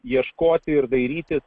ieškoti ir dairytis